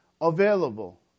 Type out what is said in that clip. Available